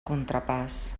contrapàs